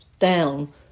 down